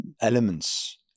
elements